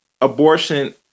abortion